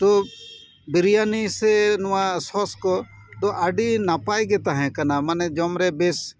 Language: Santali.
ᱛᱳ ᱵᱤᱨᱤᱭᱟᱱᱤ ᱥᱮ ᱱᱚᱶᱟ ᱥᱚᱥ ᱠᱚᱫᱚ ᱟᱹᱰᱤ ᱱᱟᱯᱟᱭ ᱜᱮ ᱛᱟᱦᱮᱸ ᱠᱟᱱᱟ ᱢᱟᱱᱮ ᱡᱚᱢ ᱨᱮ ᱵᱮᱥ